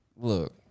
Look